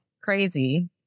crazy